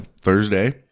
Thursday